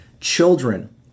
Children